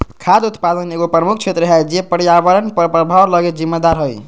खाद्य उत्पादन एगो प्रमुख क्षेत्र है जे पर्यावरण पर प्रभाव लगी जिम्मेदार हइ